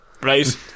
right